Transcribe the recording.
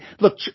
look